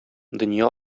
дөнья